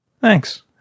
Thanks